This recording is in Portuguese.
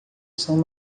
são